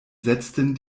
setzten